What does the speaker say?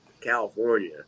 California